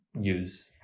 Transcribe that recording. use